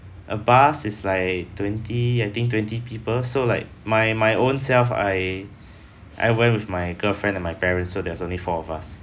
a bus is like twenty I think twenty people so like my my own self I I went with my girlfriend and my parents so there was only four of us